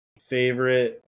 Favorite